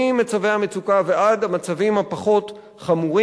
ממצבי המצוקה ועד המצבים הפחות-חמורים.